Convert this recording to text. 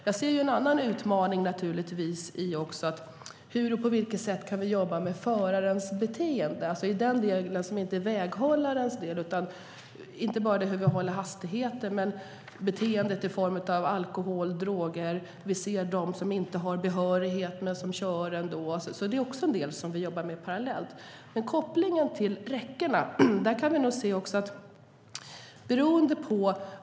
Jag ser också en annan utmaning i hur vi kan jobba med förarens beteende. Det hela handlar ju inte bara om sådant som är väghållarens ansvar. Jag tänker inte bara på hur förarna håller hastigheter utan också på beteendet när det gäller alkohol och droger. Det finns de som inte har behörighet men som kör ändå. Detta är sådant som vi jobbar med parallellt. Det finns också en rad frågor som har med räckena att göra.